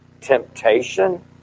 temptation